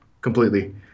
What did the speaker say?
completely